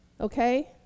Okay